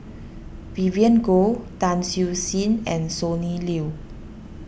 Vivien Goh Tan Siew Sin and Sonny Liew